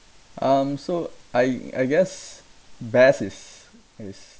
um so I I guess best is is